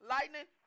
Lightning